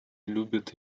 любит